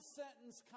sentence